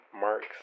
marks